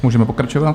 Můžeme pokračovat.